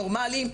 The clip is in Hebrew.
נורמליים,